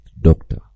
doctor